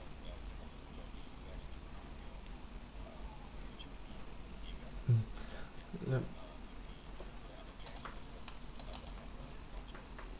mm let